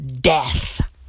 death